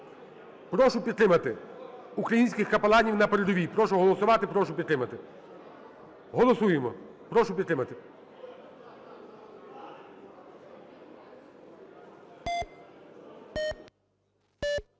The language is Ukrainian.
Прошу підтримати українських капеланів на передовій. Прошу голосувати. Прошу підтримати. Голосуємо. Прошу підтримати.